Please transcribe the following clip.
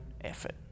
effort